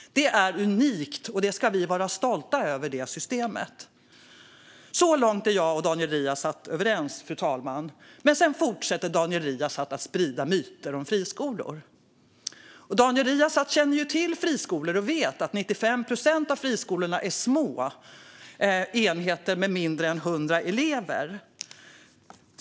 Det är unikt, och detta system ska vi vara stolta över. Så långt är jag och Daniel Riazat överens, fru talman. Men så fortsätter Daniel Riazat att sprida myter om friskolor. Han känner till friskolor och vet att 95 procent av friskolorna är små enheter med färre än 100 elever.